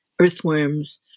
earthworms